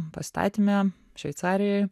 pastatyme šveicarijoj